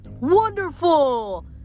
Wonderful